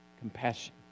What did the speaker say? compassion